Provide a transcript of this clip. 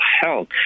Health